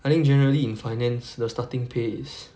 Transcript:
I think generally in finance the starting pay is